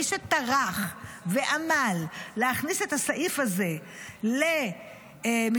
מי שטרח ועמל להכניס את הסעיף הזה למגילת